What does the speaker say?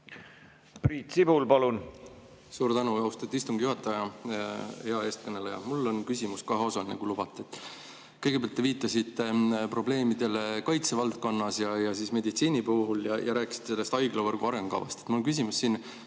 Priit Sibul, palun! Suur tänu, austatud istungi juhataja! Hea eestkõneleja! Mul on küsimus kaheosaline, kui lubate. Kõigepealt, te viitasite probleemidele kaitsevaldkonnas ja siis meditsiini puhul ja rääkisite sellest haiglavõrgu arengukavast. Mul küsimus siin